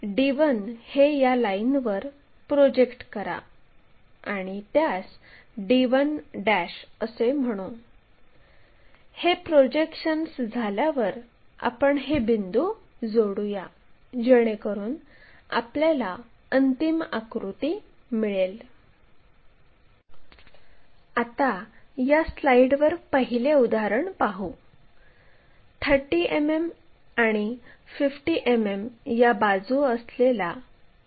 XY लाईनच्या वर 50 मिमी अंतरावर असलेल्या लाईनवर r1 आणि बाकी लाईन काढायच्या आहेत p q आणि p q या लाईन XY ला समांतर आहेत आणि 60 मिमी खऱ्या लांबीच्या आहेत